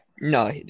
No